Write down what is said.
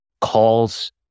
calls